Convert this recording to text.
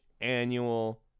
annual